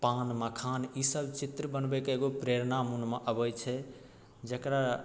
पान मखान ई सब चित्र बनबैके एगो प्रेरणा मनमे अबैत छै जकरा